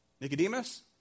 Nicodemus